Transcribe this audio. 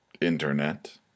internet